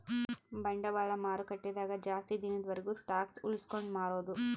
ಬಂಡವಾಳ ಮಾರುಕಟ್ಟೆ ದಾಗ ಜಾಸ್ತಿ ದಿನದ ವರ್ಗು ಸ್ಟಾಕ್ಷ್ ಉಳ್ಸ್ಕೊಂಡ್ ಮಾರೊದು